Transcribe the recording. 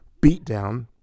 beatdown